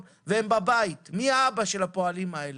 אנחנו